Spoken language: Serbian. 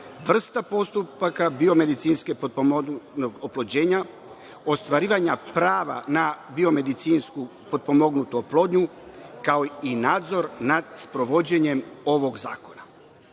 vrsta postupaka biomedicinske potpomognutog oplođenja, ostvarivanja prava na biomedicinsku potpomognutu oplodnju, kao i nadzor nad sprovođenjem ovog zakona. Kao